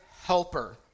helper